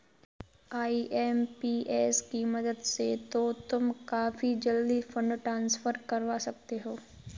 IMPS की मदद से तो तुम काफी जल्दी फंड ट्रांसफर करवा सकते हो